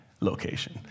location